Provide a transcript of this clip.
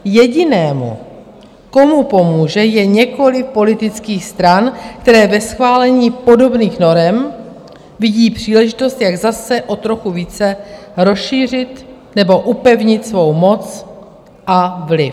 Jediný, komu pomůže, je několik politických stran, které ve schválení podobných norem vidí příležitost, jak zase o trochu více rozšířit nebo upevnit svou moc a vliv.